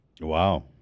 Wow